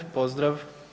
Pozdrav.